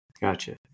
Gotcha